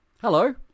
Hello